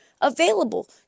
Available